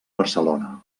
barcelona